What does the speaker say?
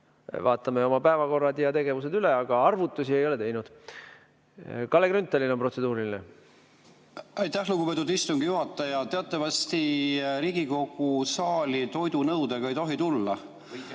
vaatame oma päevakorrad ja tegevused üle, aga arvutusi ei ole teinud. Kalle Grünthalil on protseduuriline. Aitäh, lugupeetud istungi juhataja! Teatavasti Riigikogu saali toidunõudega ei tohi tulla. (Hääl